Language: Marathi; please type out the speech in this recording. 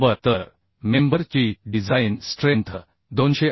बरोबर तर मेंबर ची डिझाइन स्ट्रेंथ 258